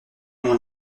mon